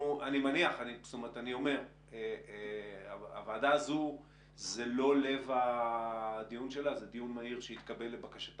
הנושא הזה הוא לא לב הוועדה הזאת אלא זה דיון מהיר שהתקבל לבקשת